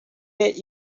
that